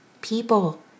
People